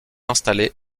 installé